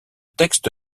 texte